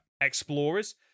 explorers